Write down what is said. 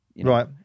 Right